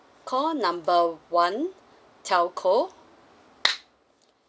call number one telco